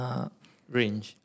range